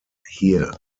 here